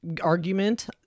argument